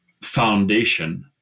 foundation